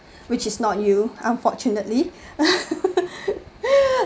which is not you unfortunately